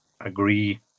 agree